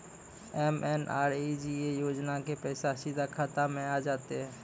MNREGA योजना के पैसा सीधा खाता मे आ जाते?